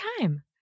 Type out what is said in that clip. time